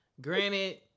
Granted